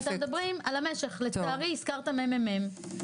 הזכרת את ה-ממ"מ.